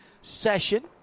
session